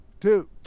two